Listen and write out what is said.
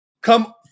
come